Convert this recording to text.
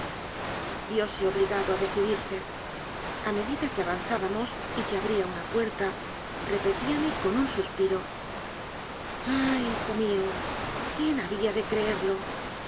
vióse obligado a decidirse a medida que avan zábamos y que abría una puerta repetíame con un suspiro ah hijo mío quién había de creer